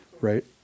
right